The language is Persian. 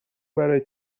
برای